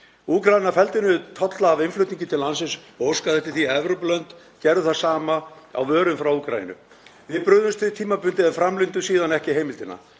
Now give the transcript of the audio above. Úkraína felldi niður tolla af innflutningi til landsins og óskaði eftir því að Evrópulönd gerðu það sama á vörum frá Úkraínu. Við brugðumst við tímabundið en framlengdum síðan ekki heimildina.